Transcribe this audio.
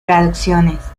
traducciones